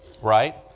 Right